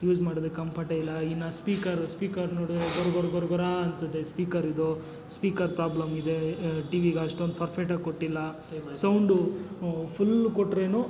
use ಮಾಡಿದ್ರೆ ಕಂಫರ್ಟೇ ಇಲ್ಲ ಇನ್ನು ಸ್ಪೀಕರು ಸ್ಪೀಕರ್ ನೋಡಿದ್ರೆ ಗೊರ್ ಗೊರ್ ಗೊರ್ ಗೊರಾ ಅಂತದೇ ಈ ಸ್ಪೀಕರಿದು ಸ್ಪೀಕರ್ ಪ್ರಾಬ್ಲಮ್ಮಿದೆ ಟಿವಿಗೆ ಅಷ್ಟೊಂದು ಫರ್ಫೆಕ್ಟಾಗಿ ಕೊಟ್ಟಿಲ್ಲ ಸೌಂಡು ಫುಲ್ ಕೊಟ್ರೂನು